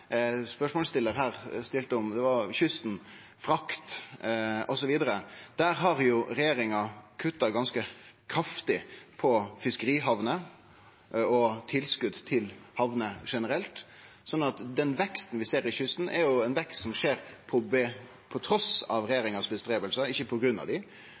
kysten, frakt osv.: Regjeringa har jo kutta ganske kraftig når det gjeld fiskerihamner og tilskot til hamner generelt, sånn at den veksten vi ser langs kysten, er ein vekst som skjer trass i regjeringas umak, ikkje på grunn av